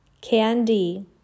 Candy